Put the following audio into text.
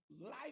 life